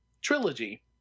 trilogy